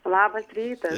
labas rytas